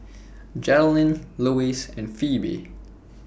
Geralyn Luis and Pheobe